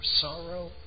sorrow